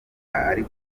ari